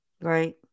Right